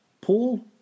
Paul